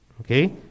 Okay